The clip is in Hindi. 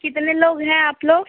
कितने लोग हैं आप लोग